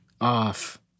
off